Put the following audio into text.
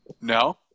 No